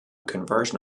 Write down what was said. conversion